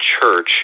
church